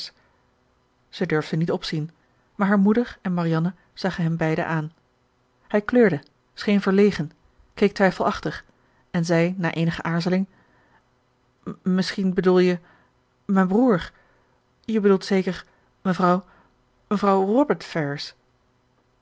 zij durfde niet opzien maar hare moeder en marianne zagen hem beiden aan hij kleurde scheen verlegen keek twijfelachtig en zei na eenige aarzeling misschien bedoel je mijn broer je bedoelt zeker mevrouw mevrouw robert